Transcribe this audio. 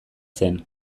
zen